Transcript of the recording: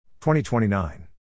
2029